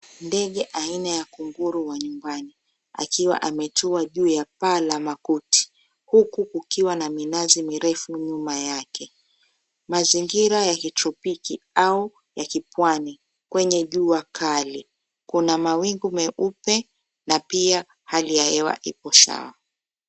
Ndege aina ya kunguru wa nyumbani akiwa ametua juu ya paa la makuti huku kukiwa na minazi mirefu nyuma yake. Mazingira ya kitropiki au ya kipwani kwenye jua kali. Kuna mawingu meupe na pia hali ya hewa ipo sawa.